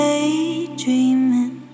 Daydreaming